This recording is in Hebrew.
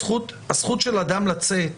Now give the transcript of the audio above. הזכות של האדם לצאת